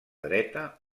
dreta